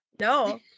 No